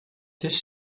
this